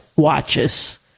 Watches